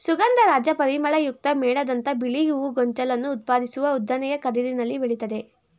ಸುಗಂಧರಾಜ ಪರಿಮಳಯುಕ್ತ ಮೇಣದಂಥ ಬಿಳಿ ಹೂ ಗೊಂಚಲನ್ನು ಉತ್ಪಾದಿಸುವ ಉದ್ದನೆಯ ಕದಿರಲ್ಲಿ ಬೆಳಿತದೆ